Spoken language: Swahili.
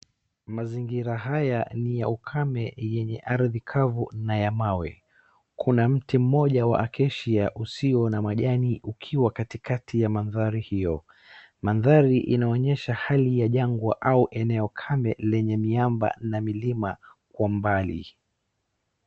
Mazingira haya ni ya ukame yenye ardhi kavu na ya mawe. Kuna mti mmoja wa acacia usio na majani ukiwa katikati ya mandhari hio. Mandhari inaonyesha hali ya jangwa au eneo kame lenye miamba na milima kwa mbali.